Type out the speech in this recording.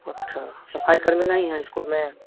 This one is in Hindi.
अच्छा सफ़ाई कर्मी नहीं हैं इस्कूल में